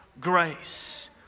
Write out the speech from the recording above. grace